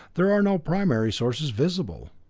there are no primary sources visible.